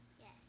Yes